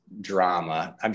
drama